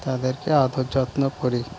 তাদেরকে আদর যত্ন করি